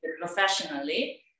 professionally